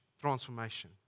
Transformation